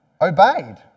obeyed